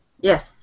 Yes